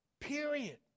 period